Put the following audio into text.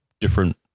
different